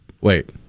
Wait